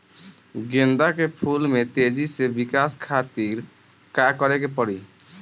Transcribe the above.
गेंदा के फूल में तेजी से विकास खातिर का करे के पड़ी?